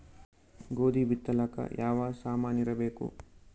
ಗೋಧಿ ಬಿತ್ತಲಾಕ ಯಾವ ಸಾಮಾನಿರಬೇಕು?